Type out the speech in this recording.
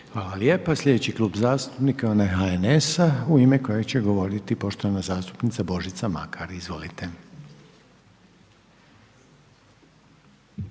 Hvala lijepa. Sljedeći Klub zastupnika je onaj HNS-a u ime kojeg će govoriti poštovana zastupnica Božica Makar, izvolite.